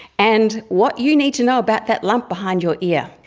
and what you need to know about that lump behind your ear.